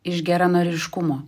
iš geranoriškumo